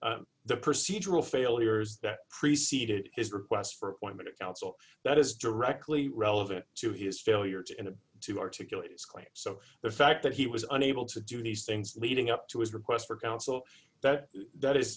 the procedural failures that preceded his request for a one minute counsel that is directly relevant to his failure to him to articulate his claim so the fact that he was unable to do these things leading up to his requests for counsel that that is